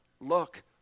look